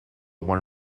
one